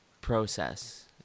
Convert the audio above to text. process